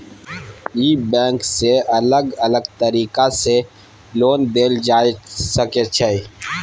ई bank सँ अलग अलग तरीका सँ लोन देल जाए सकै छै